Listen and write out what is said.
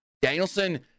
Danielson